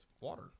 water